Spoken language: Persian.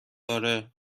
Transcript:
آره